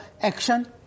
action